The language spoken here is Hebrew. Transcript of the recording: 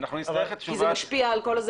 כי זה משפיע על הכול.